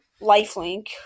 lifelink